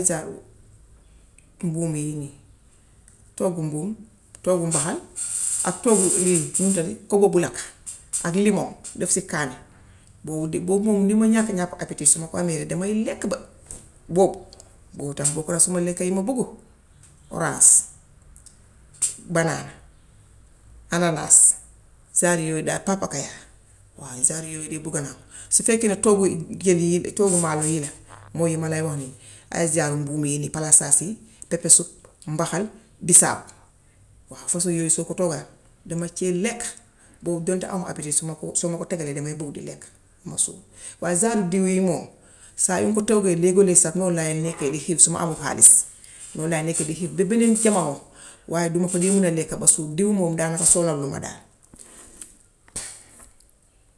mbuum yii nii, toggu mbuum, toggu mbaxal ak toggu lii num tuddati koko bu lakk ak limon def si kaani, boobu de moom lu ma ñàkk ñàkk appétit su ma ko amee damay lekk ba. Boobu, boobu tam bokku na si suma lekka yi ma bugg; oraas, banaana, anaanaas, sãr yooyu daal, pàppakaaya, waaw genre yooyu bugganaa. Su fekkee ne toggu toggu maalaw yi la, mooy yi ma lay wax nii, ay genre mbuum yii palaasaas yi, pepesu, mbaxal, bisaab. Waaw façon yooyu soo ko toggaan dama ciy lekk bo, donte aw ma appétit su ma ko soo ma ko tegalee damay bugg di lekk, ma suur. Waaw waaye genre u diw yii moom, saa yñ ko toggee be guddi noon laay nekka di hiiw su ma amul haalis. Noon laay nekka di hiiw ba beneen jamano waaye duma fa dee man a lekka ba suur. Diw woom daanaka sonaluma.